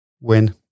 Win